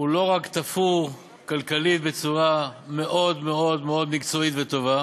לא רק תפור כלכלית בצורה מאוד מאוד מקצועית וטובה,